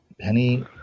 Penny